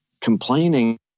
complaining